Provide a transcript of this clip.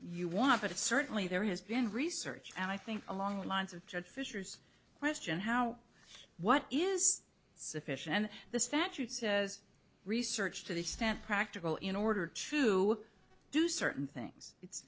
you want but it's certainly there has been research and i think along the lines of judge fisher's question how what is sufficient and the statute says research to the extent practical in order to do certain things it's